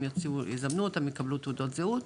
הם יזמנו אותם, הם יקבלו תעודות זהות.